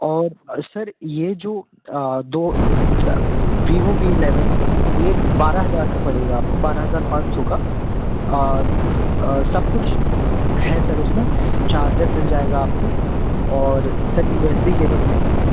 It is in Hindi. और सर ये जो दो वीवो वी इलेवेन है ये बारह हज़ार का पड़ेगा आपको बारह हज़ार पाँच सौ का सब कुछ है सर उसमें चार्जर मिल जाएगा आपको और sir U S B cable मिल जाएगी